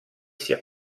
sia